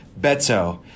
Beto